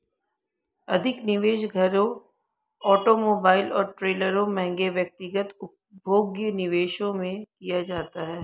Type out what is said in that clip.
अधिक निवेश घरों ऑटोमोबाइल और ट्रेलरों महंगे व्यक्तिगत उपभोग्य निवेशों में किया जाता है